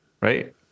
right